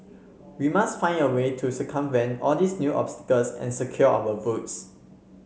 we must find a way to circumvent all these new obstacles and secure our votes